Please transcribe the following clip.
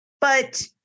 But-